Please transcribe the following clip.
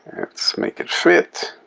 let's make it fit.